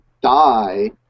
die